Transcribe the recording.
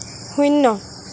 শূন্য